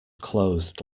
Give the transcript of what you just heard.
closed